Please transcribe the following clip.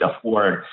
afford